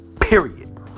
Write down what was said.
period